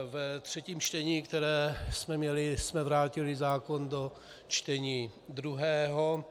Ve třetím čtení, které jsme měli, jsme vrátili zákon do čtení druhého.